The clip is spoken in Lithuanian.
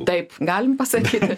taip galim pasakyti